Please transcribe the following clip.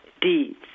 deeds